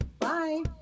Bye